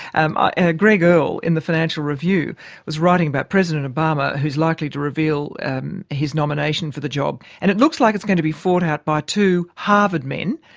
um ah greg earl in the financial review was writing about president obama, who's likely to reveal his nomination for the job. and it looks like it's going to be fought out by two harvard men,